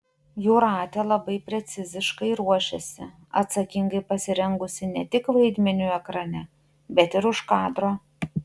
jūratė labai preciziškai ruošiasi atsakingai pasirengusi ne tik vaidmeniui ekrane bet ir už kadro